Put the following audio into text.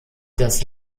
das